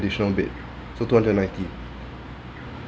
~ditional bed so two hundred and ninety